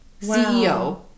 CEO